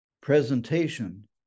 presentation